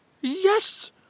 Yes